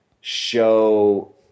show